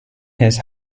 his